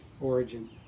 origin